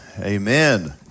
amen